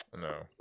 no